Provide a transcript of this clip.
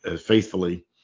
faithfully